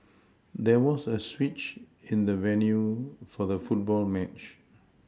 there was a switch in the venue for the football match